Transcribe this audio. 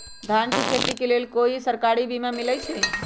धान के खेती के लेल कोइ सरकारी बीमा मलैछई?